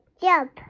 jump